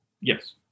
Yes